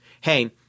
Hey